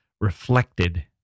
reflected